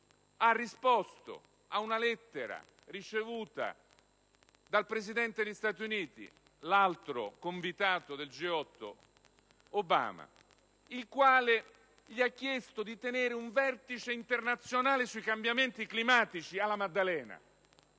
serio) ad una lettera ricevuta dal presidente degli Stati Uniti Obama, l'altro convitato del G8, con cui gli aveva chiesto di tenere un vertice internazionale sui cambiamenti climatici alla Maddalena,